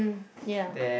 ya